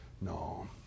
No